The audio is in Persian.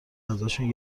ازشان